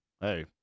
Hey